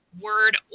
word